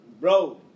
Bro